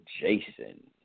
Jason